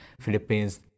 Philippines